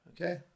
Okay